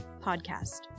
podcast